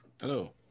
Hello